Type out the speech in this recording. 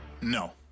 No